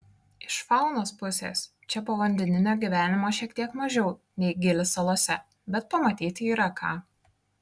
iš faunos pusės čia povandeninio gyvenimo šiek tiek mažiau nei gili salose bet pamatyti yra ką